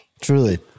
Truly